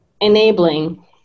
enabling